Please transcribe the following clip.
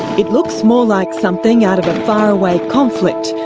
it looks more like something out of a faraway conflict,